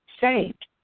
saved